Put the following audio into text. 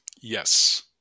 Yes